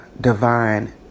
divine